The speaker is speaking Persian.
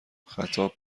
خطاب